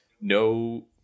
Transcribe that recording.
No